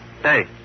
Hey